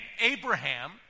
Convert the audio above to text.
Abraham